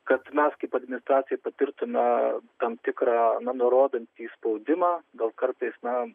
kad mes kaip administracija patirtume tam tikrą na nurodantį spaudimą gal kartais na